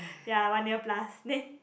ya one year plus then